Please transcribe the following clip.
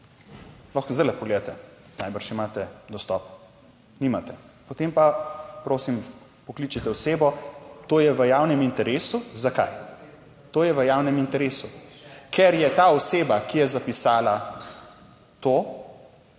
zdajle pogledate, najbrž imate dostop. Nimate? Potem pa prosim pokličite osebo. To je v javnem interesu. Zakaj? To je v javnem interesu, ker je ta oseba, ki je zapisala to,